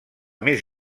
més